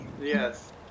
Yes